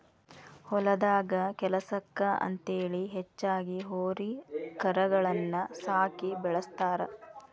ಹೊಲದಾಗ ಕೆಲ್ಸಕ್ಕ ಅಂತೇಳಿ ಹೆಚ್ಚಾಗಿ ಹೋರಿ ಕರಗಳನ್ನ ಸಾಕಿ ಬೆಳಸ್ತಾರ